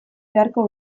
beharko